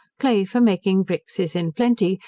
clay for making bricks is in plenty,